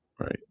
Right